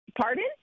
Pardon